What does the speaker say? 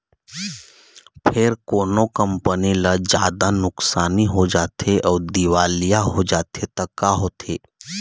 फेर कोनो कंपनी ल जादा नुकसानी हो जाथे अउ दिवालिया हो जाथे त का होथे?